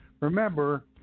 Remember